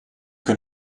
can